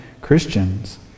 Christians